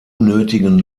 nötigen